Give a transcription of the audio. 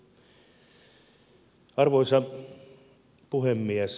arvoisa puhemies